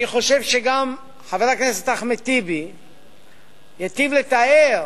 אני חושב שגם חבר הכנסת אחמד טיבי היטיב לתאר